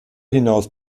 hinaus